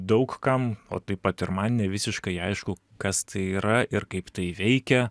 daug kam o taip pat ir man nevisiškai aišku kas tai yra ir kaip tai veikia